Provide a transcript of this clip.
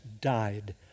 died